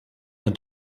than